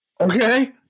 Okay